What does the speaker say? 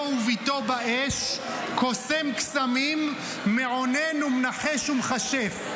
ובִתו באש קֹסם קסמים מעונן ומנחש ומכשף".